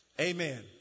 Amen